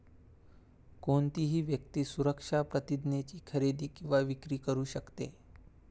कोणतीही व्यक्ती सुरक्षा प्रतिज्ञेची खरेदी किंवा विक्री करू शकते